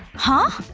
huh?